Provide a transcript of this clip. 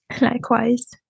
Likewise